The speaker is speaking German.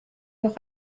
noch